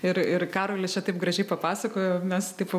ir ir karolis čiai taip gražiai papasakojo mes taip